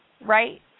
right